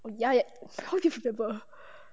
oh ya how do you remember